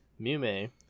Mume